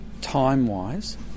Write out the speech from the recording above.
Time-wise